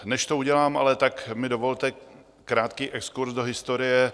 Než to udělám, tak mi dovolte krátký exkurz do historie.